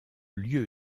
lieu